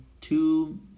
two